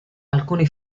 alcuni